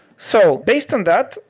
so based on that,